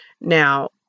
Now